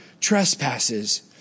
trespasses